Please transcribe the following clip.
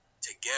together